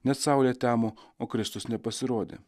net saulė temo o kristus nepasirodė